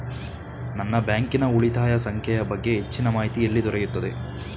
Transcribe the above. ನನ್ನ ಬ್ಯಾಂಕಿನ ಉಳಿತಾಯ ಸಂಖ್ಯೆಯ ಬಗ್ಗೆ ಹೆಚ್ಚಿನ ಮಾಹಿತಿ ಎಲ್ಲಿ ದೊರೆಯುತ್ತದೆ?